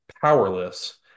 powerless